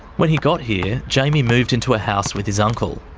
when he got here, jamy moved into a house with his uncle.